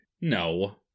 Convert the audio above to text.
No